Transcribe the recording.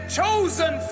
chosen